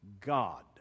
God